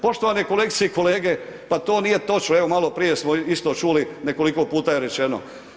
Poštovane kolegice i kolege, pa to nije točno, evo malo prije smo isto čuli nekoliko puta je rečeno.